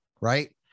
right